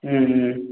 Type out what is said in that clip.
ம் ம்